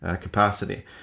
capacity